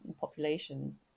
population